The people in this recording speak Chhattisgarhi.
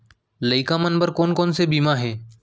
लइका मन बर कोन कोन से बीमा हे?